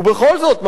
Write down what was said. ובכל זאת,